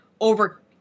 over